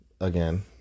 again